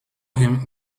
him